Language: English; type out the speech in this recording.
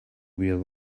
will